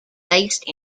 based